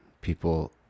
people